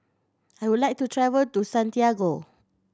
I would like to travel to Santiago